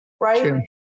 Right